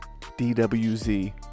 dwz